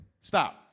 Stop